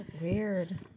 Weird